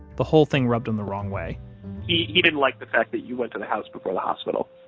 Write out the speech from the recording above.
the whole thing rubbed him the wrong way he didn't like the fact that you went to the house before the hospital